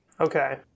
Okay